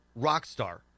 rockstar